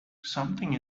something